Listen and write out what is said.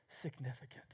significant